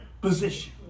position